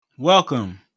Welcome